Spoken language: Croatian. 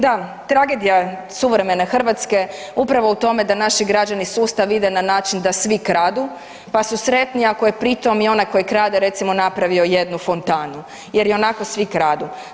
Da, tragedija je suvremene Hrvatske upravo u tome da naši građani sustav ide na način da svi kradu pa su sretni ako je pri tom i onaj koji krade recimo napravio jednu fontanu jer i onako svi kradu.